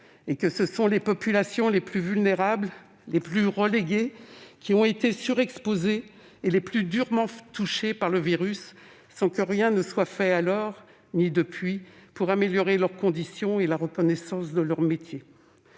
et que ce sont les populations les plus vulnérables, les plus reléguées, qui ont été surexposées et les plus durement touchées par le virus, sans que rien soit fait alors, ni depuis, pour améliorer leurs conditions et la reconnaissance de leurs métiers.